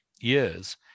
years